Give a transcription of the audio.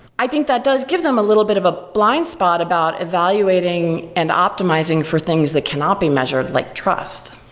i think that does give them a little bit of a blind spot about evaluating and optimizing for things that cannot be measured, like trust,